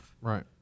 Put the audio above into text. Right